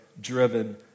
driven